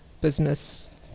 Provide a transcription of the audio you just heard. business